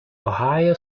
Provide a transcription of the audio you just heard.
ohio